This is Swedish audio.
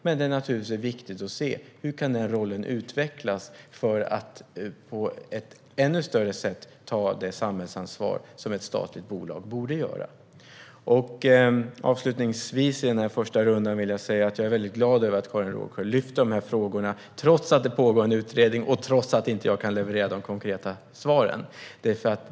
Men det är naturligtvis viktigt att se hur den rollen kan utvecklas för att bolaget på ett ännu större sätt ska ta det samhällsansvar som ett statligt bolag borde ta. Jag är väldigt glad över att Karin Rågsjö lyfter fram de här frågorna, trots att det pågår en utredning och trots att jag inte kan leverera de konkreta svaren.